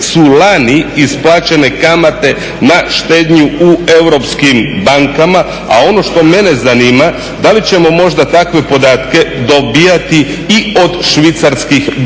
su lani isplaćene kamate na štednju u europskim bankama, a ono što mene zanima, da li ćemo možda takve podatke dobivati i od švicarskih bankara.